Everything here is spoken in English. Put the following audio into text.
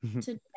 today